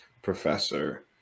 professor